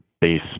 base